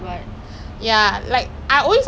gone for proper poly or J_C lah